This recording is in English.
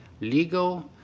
Legal